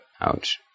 Ouch